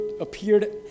appeared